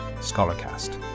ScholarCast